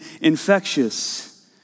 infectious